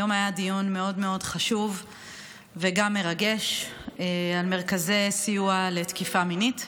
היום היה דיון מאוד חשוב וגם מרגש על מרכזי סיוע לתקיפה מינית.